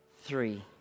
Three